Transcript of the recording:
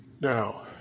Now